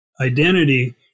identity